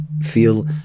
Feel